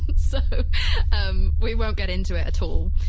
so um we won't get into it at all.